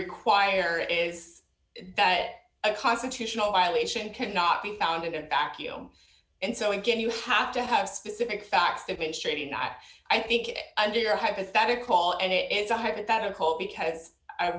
require is that a constitutional violation cannot be found in a vacuum and so again you have to have specific facts to constrain not i think it under your hypothetical and it's a hypothetical because i